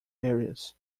areas